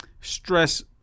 stress